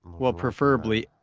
well, preferably